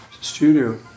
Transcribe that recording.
studio